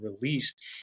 released